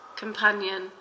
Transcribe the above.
Companion